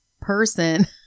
person